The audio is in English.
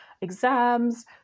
exams